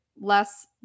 less